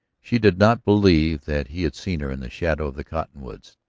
she did not believe that he had seen her in the shadow of the cottonwoods.